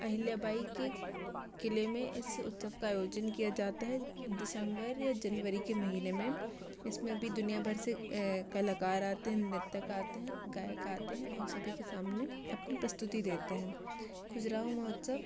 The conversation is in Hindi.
अहिल्याबाई के किले में इस उत्सव का आयोजन किया जाता है दिसंबर या जनवरी के महीने में इसमें भी दुनिया भर से कलाकार आते हैं नृत्यक आते हैं गायक आते हैं और सभी के सामने अपनी प्रस्तुति देते हैं खजुराहो महोत्सव